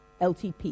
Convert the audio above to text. LTP